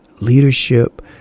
leadership